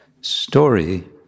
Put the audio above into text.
story